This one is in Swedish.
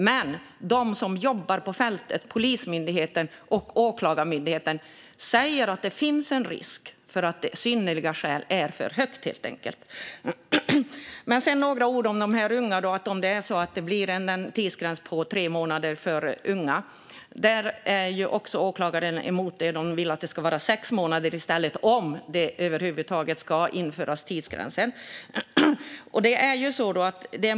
Men de som jobbar på fältet, Polismyndigheten och Åklagarmyndigheten, säger att det finns en risk för att synnerliga skäl är ett för högt krav helt enkelt. Jag ska säga några ord om de unga. Åklagarmyndigheten är också emot att det blir en tidsgräns på tre månader för unga. De vill att det ska vara sex månader i stället, om det över huvud taget ska införas tidsgränser.